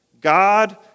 God